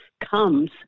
comes